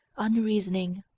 unreasoning,